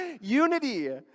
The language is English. unity